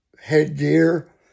headgear